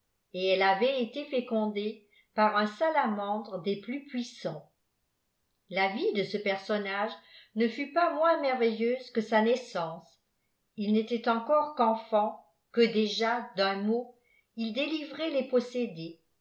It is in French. et elle avait été fécondée par un salamandre dos plus puissants la vie de ce personnagje ne fut pas moins merveilleuse qup a naissance il n'était encore qu'enfant que déjà ivun motjl délivrait les